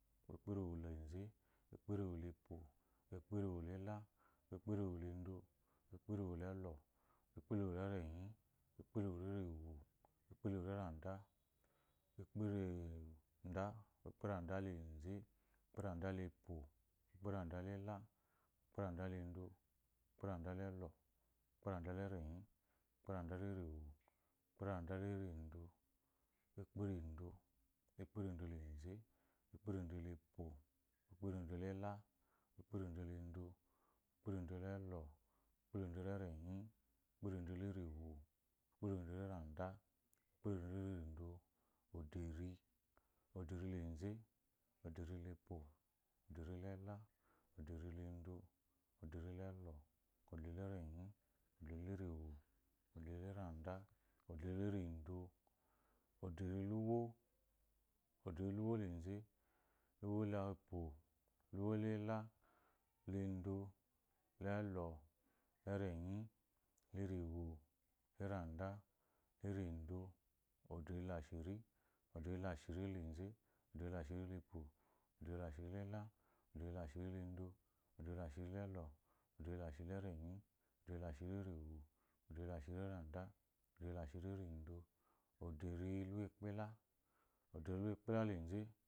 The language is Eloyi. Ukperewoleze, ukperewolepo, ukperewolela. Ukperewolendo, ukperewolelɔ ukpereworanda, ukperewolerendo, ukperenda leze, ukperendalepo, ukperendalela, ukperendalendo, ukperendalelo, ukperendalerenyi, ukperendalerenwo, ukperendalerada, ukperendo, ukperendoleze, ukperendolapo, ukperendolela, ukperendolendo, ukperendolelɔ, ukperendolerenyi, ukperendolerewo, ukperendolerando, ukperendo, oderi oderi leae, oderi lepo, oderi lerenyi, olerando, derilerewo, oderileze, oderilepo, luwolelaluwolendo, luwolela, luwoerenyi, luworewo, luwoerendo, luwoerendo, oderilashiri, oderilashiri, leze, oderilashirilepo, oderilashiri lela, oderilashirilendo, oderilashirilelɔ, oderilashirilerenyi, oderilashirilerewo, oderilashirilaranda, oderilashirilerendo, oderila, ukpela